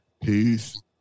Peace